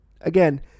again